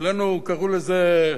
אצלנו קראו לזה,